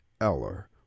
Eller